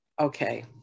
Okay